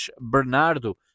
bernardo